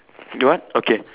do what okay